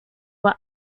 were